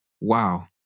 wow